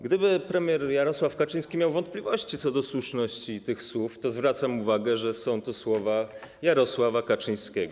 Gdyby premier Jarosław Kaczyński miał wątpliwości co do słuszności tych słów, to zwracam uwagę, że są to słowa Jarosława Kaczyńskiego.